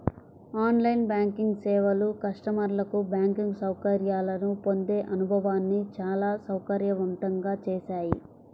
on line banking సేవలు కస్టమర్లకు banking సౌకర్యాలను పొందే అనుభవాన్ని చాలా సౌకర్యవంతంగా చేశాయి